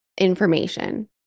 information